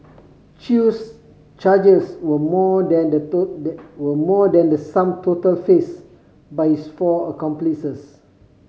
Chew's charges were more than the were more than the sum total faced by his four accomplices